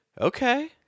Okay